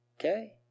Okay